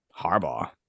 Harbaugh